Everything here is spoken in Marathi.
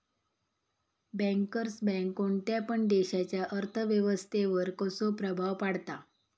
बँकर्स बँक कोणत्या पण देशाच्या अर्थ व्यवस्थेवर कसो प्रभाव पाडता?